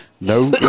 No